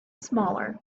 smaller